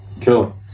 Cool